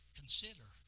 consider